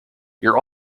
your